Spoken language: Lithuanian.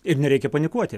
ir nereikia panikuoti